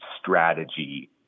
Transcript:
strategy